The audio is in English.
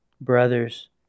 Brothers